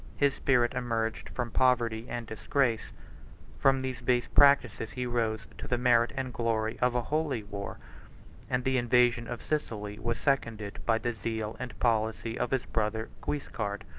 his spirit emerged from poverty and disgrace from these base practices he rose to the merit and glory of a holy war and the invasion of sicily was seconded by the zeal and policy of his brother guiscard.